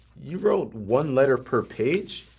you wrote one letter per page!